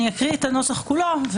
אני אקריא את הנוסח כולו,